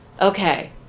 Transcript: okay